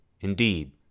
Indeed